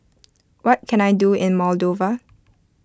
what can I do in Moldova